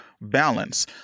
balance